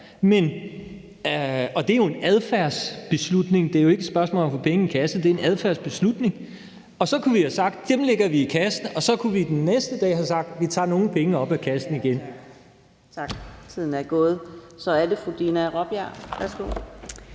og det er jo en adfærdsbeslutning, det er ikke et spørgsmål om at få penge i kassen, det er en adfærdsbeslutning – og så kunne vi have sagt: Dem lægger vi i kassen. Så kunne vi den næste dag have sagt: Vi tager nogle penge op af kassen igen. Kl. 11:53 Anden næstformand (Karina Adsbøl):